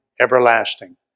everlasting